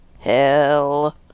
hell